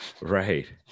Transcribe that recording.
Right